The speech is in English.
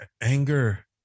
anger